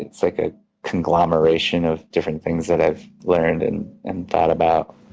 and so like a conglomeration of different things that i've learned and and thought about.